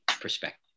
perspective